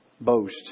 boast